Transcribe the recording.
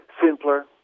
simpler